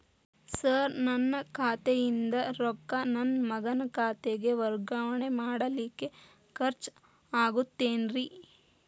Sir ನನ್ನ ಖಾತೆಯಿಂದ ರೊಕ್ಕ ನನ್ನ ಮಗನ ಖಾತೆಗೆ ವರ್ಗಾವಣೆ ಮಾಡಲಿಕ್ಕೆ ಖರ್ಚ್ ಆಗುತ್ತೇನ್ರಿ?